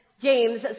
James